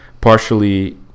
partially